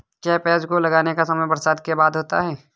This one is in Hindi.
क्या प्याज को लगाने का समय बरसात के बाद होता है?